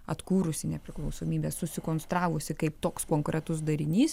atkūrusi nepriklausomybę susikonstravusi kaip toks konkretus darinys